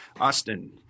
Austin